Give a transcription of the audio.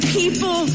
people